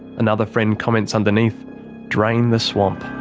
another friend comments underneath drain the swamp.